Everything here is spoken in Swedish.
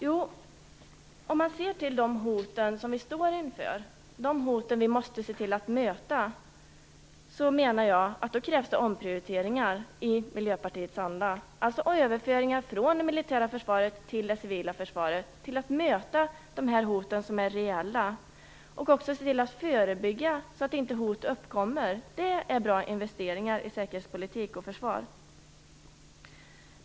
Jo, om man ser till de hot vi står inför, de reella hot som vi måste se till att möta, menar jag att det krävs omprioriteringar i Miljöpartiets anda, alltså överföringar från det militära försvaret till det civila försvaret. Vi måste även se till att förebygga så att inte hot uppkommer. Det är bra investeringar i säkerhetspolitik och försvar.